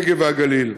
הנגב והגליל,